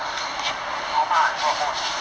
how much what phone